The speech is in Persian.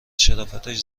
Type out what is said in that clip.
شرافتش